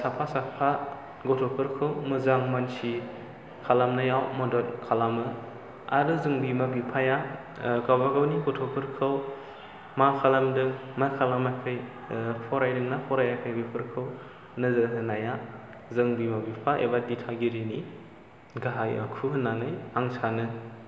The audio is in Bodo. साफा साफा गथ'फोरखौ मोजां मानसि खालामनायाव मदद खालामो आरो जों बिमा बिफाया गावबागावनि गथ'फोरखौ मा खालामदों मा खालामाखै फरायदोंना फरायाखै बेफोरखौ नोजोर होनाया जों बिमा बिफा एबा दिथागिरिनि गाहाय आखु होन्नानै आं सानो